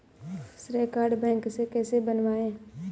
श्रेय card bank से कैसे बनवाएं?